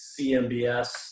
CMBS